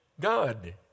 God